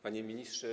Panie Ministrze!